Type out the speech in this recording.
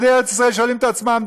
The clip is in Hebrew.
יהודי ארץ ישראל שואלים את עצמם: